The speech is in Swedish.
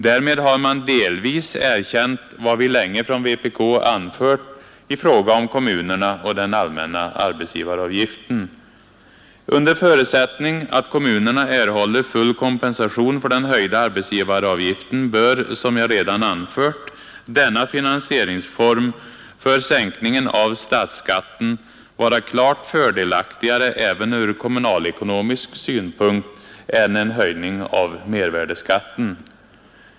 Därmed har man delvis erkänt vad vi länge från vpk anfört i fråga om kommunerna och den allmänna arbetsgivaravgiften. Under förutsättning att kommunerna erhåller full kompensation för den höjda arbetsgivaravgiften bör, som jag redan anfört, denna finansieringsform för sänkningen av statsskatten vara klart fördelaktigare även från kommunalekonomisk synpunkt än en höjning av mervärdeskatten.